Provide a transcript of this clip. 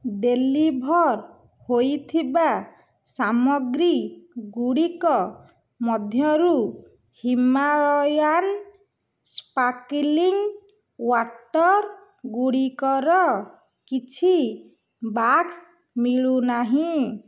deliver ହୋଇଥିବା ସାମଗ୍ରୀଗୁଡ଼ିକ ମଧ୍ୟରୁ ହିମାଲୟାନ୍ ସ୍ପାର୍କ୍ଲିଂ ୱାଟର୍ ଗୁଡ଼ିକର କିଛି ବାକ୍ସ ମିଳୁନାହିଁ